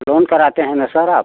loan कराते हैं न सर आप